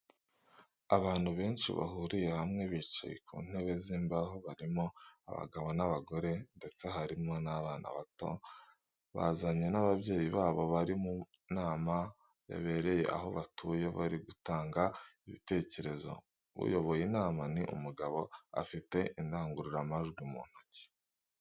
Abantu benshi bahuriye hamwe bicaye ku ntebe z'imbaho barimo abagabo n'abagore ndetse hari n'abana bato bazanye n'ababyeyi babo bari mu nama yabereye aho batuye bari gutanga ibitekerezo, uyoboye inama ni umugabo afite indangururamajwi mu ntoki.